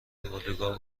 اردوگاه